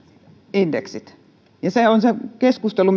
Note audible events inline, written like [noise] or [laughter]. indeksit se on se keskustelu [unintelligible]